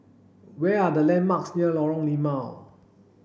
where are the landmarks near Lorong Limau